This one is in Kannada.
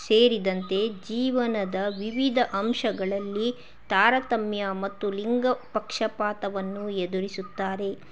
ಸೇರಿದಂತೆ ಜೀವನದ ವಿವಿಧ ಅಂಶಗಳಲ್ಲಿ ತಾರತಮ್ಯ ಮತ್ತು ಲಿಂಗ ಪಕ್ಷಪಾತವನ್ನು ಎದುರಿಸುತ್ತಾರೆ